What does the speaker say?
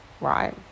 right